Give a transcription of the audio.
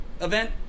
event